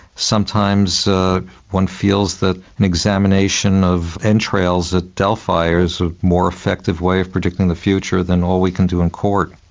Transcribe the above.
sometimes ah one feels that an examination of entrails at delphi is a more effective way of predicting the future than all we can do in court.